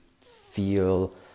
feel